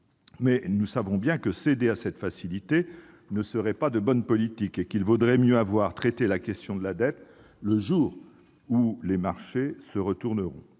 Mais nous savons bien que céder à cette facilité ne serait pas de bonne politique et qu'il vaudrait mieux avoir traité la question de la dette le jour où les marchés se retourneront.